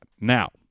Now